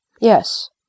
yes